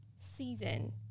season